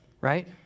right